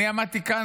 אני עמדתי כאן,